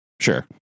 sure